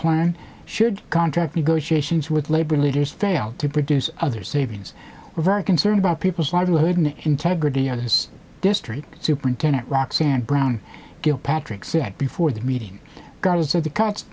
plan should contract negotiations with labor leaders fail to produce other savings are very concerned about people's livelihood and integrity of this district superintendent roxanne brown kilpatrick said before the meeting girls of the cuts